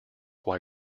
why